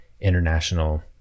international